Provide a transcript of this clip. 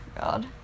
god